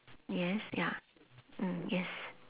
yes ya mm yes